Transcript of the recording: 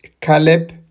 Caleb